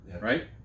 right